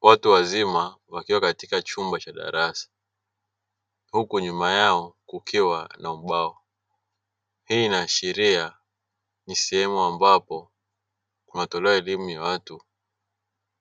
Watu wazima wakiwa katika chumba cha darasa huku nyuma yao kukiwa na ubao. Hii inaashiria ni sehemu ambapo kunatolewa elimu ya watu